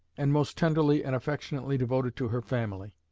and most tenderly and affectionately devoted to her family.